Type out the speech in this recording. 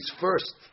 first